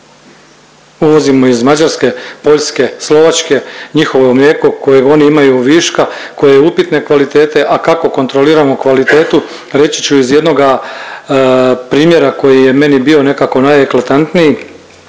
Uvozimo iz Mađarske, Poljske, Slovačke, njihovo mlijeko kojeg oni imaju viška, koje je upitne kvalitete, a kako kontroliramo kvalitetu reći ću iz jednoga primjera koji je meni bio nekako najeklatantniji,